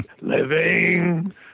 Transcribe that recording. living